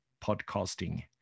podcasting